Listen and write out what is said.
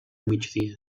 migdia